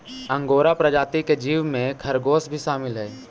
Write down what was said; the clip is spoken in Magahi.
अंगोरा प्रजाति के जीव में खरगोश भी शामिल हई